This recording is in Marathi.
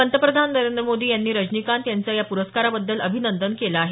पंतप्रधान नरेंद्र मोदी यांनी रजनीकांत यांचं या प्रस्काराबद्दल अभिनंदन केलं आहे